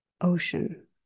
ocean